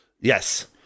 Yes